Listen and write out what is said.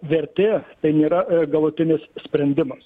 vertė tai nėra galutinis sprendimas